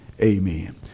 Amen